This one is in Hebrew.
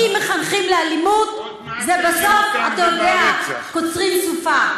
אם מחנכים לאלימות, בסוף, אתה יודע, קוצרים סופה.